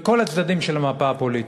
בכל הצדדים של המפה הפוליטית,